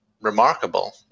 remarkable